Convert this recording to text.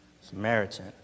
Samaritan